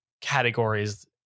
categories